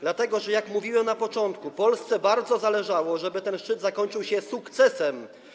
Dlatego że - jak mówiłem na początku - Polsce bardzo zależało, żeby ten szczyt zakończył się sukcesem.